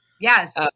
Yes